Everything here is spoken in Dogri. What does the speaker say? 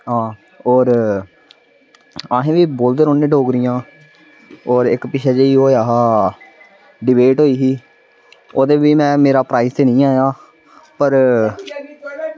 हां और असें वी बोलदे रौह्ने डोगरीआं और इक पिच्छे जेही होया हा डिबेट होई ही ओह्दे वी में मेरा प्राईज ते निं आया पर